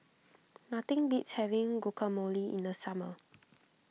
nothing beats having Guacamole in the summer